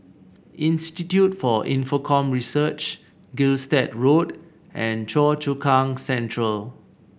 Institute for Infocomm Research Gilstead Road and Choa Chu Kang Central